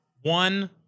One